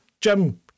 Jim